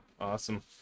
awesome